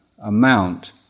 Amount